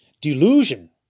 Delusion